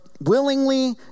willingly